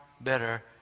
better